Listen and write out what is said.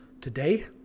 today